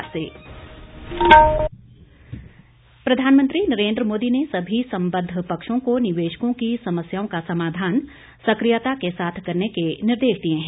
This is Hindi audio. प्रधानमंत्री प्रधानमंत्री नरेन्द्र मोदी ने सभी संबद्ध पक्षों को निवेशकों की समस्याओं का समाधान सक्रियता के साथ करने के निर्देश दिए हैं